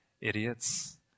idiots